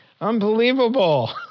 unbelievable